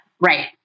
Right